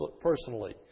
personally